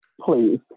Please